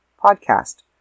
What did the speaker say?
podcast